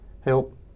Help